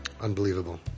Unbelievable